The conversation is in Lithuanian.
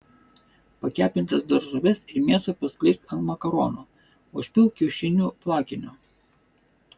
pakepintas daržoves ir mėsą paskleisk ant makaronų užpilk kiaušinių plakiniu